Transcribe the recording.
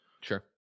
sure